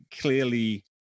Clearly